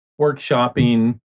workshopping